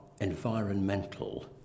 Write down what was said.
environmental